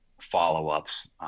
follow-ups